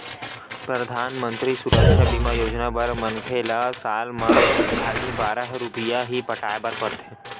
परधानमंतरी सुरक्छा बीमा योजना बर मनखे ल साल म खाली बारह रूपिया ही पटाए बर परथे